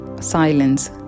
silence